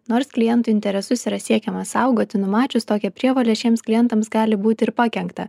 nors klientų interesus yra siekiama saugoti numačius tokią prievolę šiems klientams gali būti ir pakenkta